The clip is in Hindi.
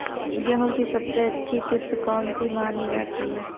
गेहूँ की सबसे अच्छी किश्त कौन सी मानी जाती है?